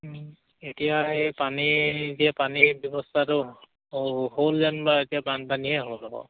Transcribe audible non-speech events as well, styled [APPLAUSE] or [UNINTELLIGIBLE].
এতিয়া এই পানী যে পানীৰ ব্যৱস্থাটো [UNINTELLIGIBLE] হ'ল যেন বা এতিয়া বানপানীয়ে হ'ল আকৌ